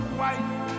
white